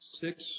six